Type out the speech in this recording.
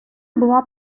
була